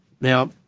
now